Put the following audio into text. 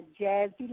Jazzy